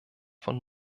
von